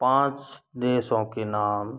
पाँच देशों के नाम